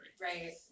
Right